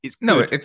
No